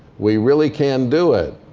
we really can do it.